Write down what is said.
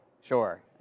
Sure